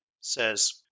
says